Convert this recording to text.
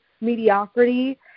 mediocrity